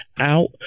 out